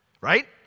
Right